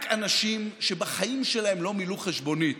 רק אנשים שבחיים שלהם לא מילאו חשבונית